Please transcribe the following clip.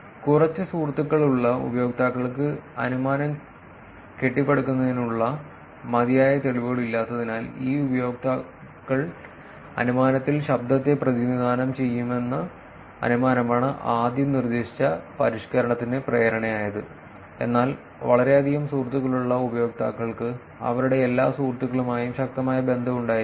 കുറച്ച് സുഹൃത്തുക്കളുള്ള ഉപയോക്താക്കൾക്ക് അനുമാനം കെട്ടിപ്പടുക്കുന്നതിനുള്ള മതിയായ തെളിവുകൾ ഇല്ലാത്തതിനാൽ ഈ ഉപയോക്താക്കൾ അനുമാനത്തിൽ ശബ്ദത്തെ പ്രതിനിധാനം ചെയ്യാമെന്ന അനുമാനമാണ് ആദ്യം നിർദ്ദേശിച്ച പരിഷ്ക്കരണത്തിന് പ്രേരണയായത് എന്നാൽ വളരെയധികം സുഹൃത്തുക്കളുള്ള ഉപയോക്താക്കൾക്ക് അവരുടെ എല്ലാ സുഹൃത്തുക്കളുമായും ശക്തമായ ബന്ധം ഉണ്ടായിരിക്കില്ല